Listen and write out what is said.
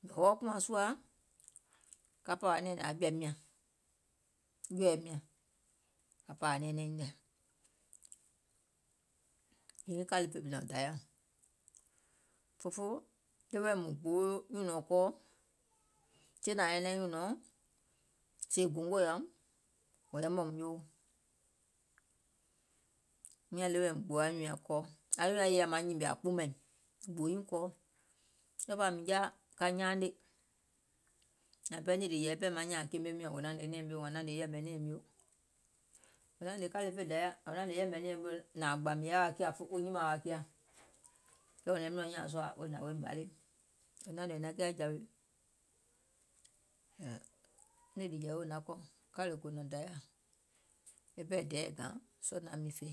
mìŋ hɔɔ kùȧŋ sùȧ ka pȧȧwȧ nɛ̀ɛ̀nɛ̀ŋ aŋ jɔ̀ȧim nyȧŋ, jɔ̀ɛ̀ɛim nyȧŋ, ka pȧȧwȧ nɛɛnɛŋ nyiŋ nɛ̀, òfoo kȧle kòò nɔ̀ŋ dayȧ, òfoo ɗeweɛ̀ mùŋ gboo nyùnɔ̀ɔŋ kɔɔ tiŋ nȧŋ nyɛnɛŋ nyùnɔ̀ɔŋ sèè gòngo yȧùm, yò yɛmɛ̀ùm nyowo, miȧŋ ɗeweɛ̀ mìŋ gboo nyùùŋ nyaŋ kɔɔ, anyùùŋ nyaŋ maŋ nyìmè nyaŋ ȧŋ kpuumȧìm, mìŋ gbòò nyìŋ kɔɔ, ɗɔɔbȧ mìŋ jaȧ ka nyaanè, nȧȧŋ pɛɛ nìlì jɛ̀ɛ̀ wiiŋ maŋ nyȧȧŋ keeme miɔ̀ŋ wò naŋ hnè nɛ̀ɛ̀ŋ mio wȧȧŋ wò naŋ hnè yɛ̀ɛ̀mɛ̀ nɛ̀ɛ̀ŋ mio, wò naŋ hnè kȧle fè dayȧ, wò naŋ hnè nɛ̀ɛ̀ŋ mio nȧȧŋ gbȧ mìŋ yaȧ wa kiȧ kuku nyimȧȧŋ wa kiȧ, kɛɛ wò naim nɔ̀ŋ nyȧaŋ sùȧ wo hnȧŋ woim halè, wò naŋ hnè naŋ kiȧ jȧwè, nìlì jɛ̀ɛ̀ wò naŋ kɔ̀, kȧle gò nɔ̀ŋ dayȧ, e pɛɛ dɛɛ̀ e gȧŋ sɔɔ̀ nɔŋ aim miŋ fè.